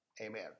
Amen